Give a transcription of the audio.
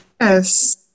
Yes